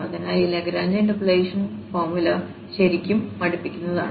അതിനാൽ ഈ Lagrange interpolation formula ശരിക്കും മടുപ്പിക്കുന്നതാണ്